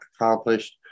accomplished